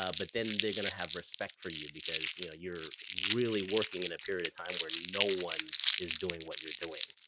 ah but then they're gonna have respect for you, because you know you're really working in a period of time where no one is doing what you're doing.